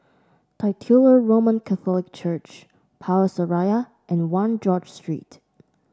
Titular Roman Catholic Church Power Seraya and One George Street